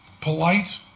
polite